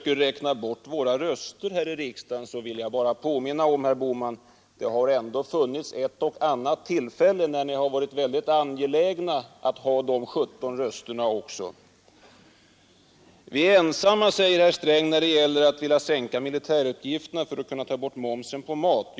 riksdagen vill jag bara påminna honom om att det har funnits ett och annat tillfälle när även ni har varit angelägna om att få våra 17 röster också. Vi är ensamma, säger herr Sträng, att vilja sänka militärutgifterna för att kunna ta bort momsen på mat.